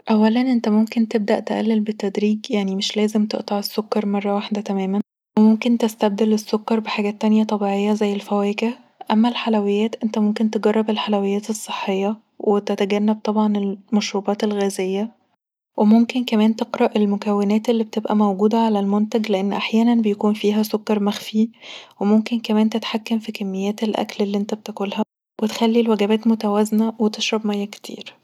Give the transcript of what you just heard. اولا انت ممكن تبدأ تقلل بالتدريج، يعني مش لازم تقطع السكر مره واحده تماما، وممكن تستبدل السكر بحاجات طبيعية زي الفواكه اما الحلويات انت ممكن تجرب الحلويات الصحية وتتجنب طبعا المشروبات الغازية وممكن كمان تقرأ المكونات الموجوده علي المنتج لان احيانا بيكون فيها سكر مخفي وممكن كمان تتحكم في كميات الاكل اللي انت بتاكلها وتخلي الوجبات متوازنه وتشرب ميه كتير